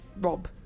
Rob